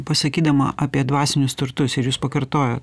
pasakydama apie dvasinius turtus ir jūs pakartojot